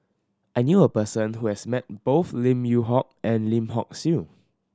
I knew a person who has met both Lim Yew Hock and Lim Hock Siew